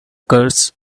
curse